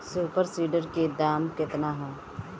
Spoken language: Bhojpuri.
सुपर सीडर के दाम केतना ह?